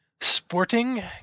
sporting